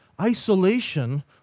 Isolation